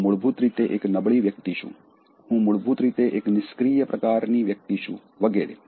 હું મૂળભૂત રીતે એક નબળી વ્યક્તિ છું હું મૂળભૂત રીતે એક નિષ્ક્રીય પ્રકારની વ્યક્તિ છું વગરે